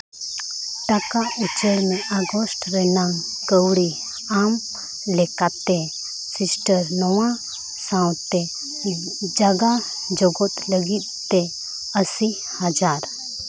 ᱴᱟᱠᱟ ᱩᱪᱟᱹᱲ ᱢᱮ ᱟᱜᱚᱥᱴ ᱨᱮᱱᱟᱝ ᱠᱟᱹᱣᱰᱤ ᱟᱢ ᱞᱮᱠᱟᱛᱮ ᱥᱤᱥᱴᱟᱹᱨ ᱱᱚᱣᱟ ᱥᱟᱶᱛᱮ ᱡᱟᱜᱟ ᱡᱚᱜᱚᱫ ᱞᱟᱹᱜᱤᱫ ᱛᱮ ᱟᱥᱤ ᱦᱟᱡᱟᱨ